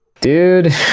dude